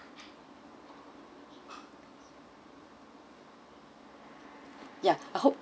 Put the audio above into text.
ya I hope